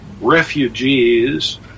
refugees